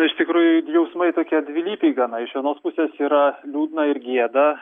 iš tikrųjų jausmai tokie dvilypiai gana iš vienos pusės yra liūdna ir gėda